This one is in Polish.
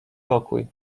pokój